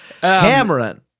Cameron